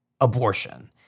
abortion